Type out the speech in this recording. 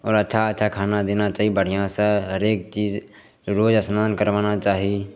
आओर अच्छा अच्छा खाना देना चाही बढ़िआँसे हरेक चीज रोज अस्नान करबाना चाही